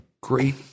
great